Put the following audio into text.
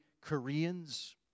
Koreans